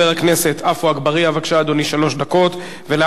הצעות לסדר-היום מס' 8084 ו-8091.